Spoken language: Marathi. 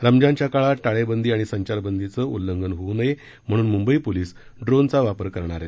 रमजानच्या काळात टाळेबंदी आणि संचारबंदीच उल्लंघन होऊ नये म्हणून मुंबई पोलीस ड्रोन चा वापर करणा आहेत